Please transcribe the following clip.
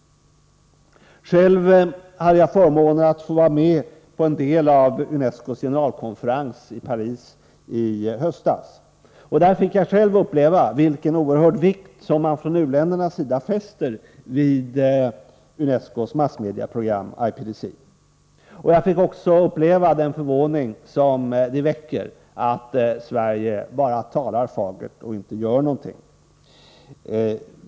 Själv hade jag förmånen att få vara med på en del av UNESCO:s generalkonferens i Paris i höstas. Där upplevde jag vilken oerhörd vikt u-länderna fäster vid UNESCO:s massmedieprogram IPDC. Jag fick också erfara den förvåning som det väcker att Sverige bara kommer med fagert tal och inte gör någonting.